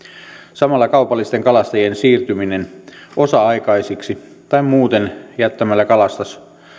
samalla kaupallisten kalastajien siirtyminen osa aikaisiksi tai muuten jättämällä kalastus